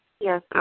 Yes